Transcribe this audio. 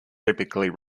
typically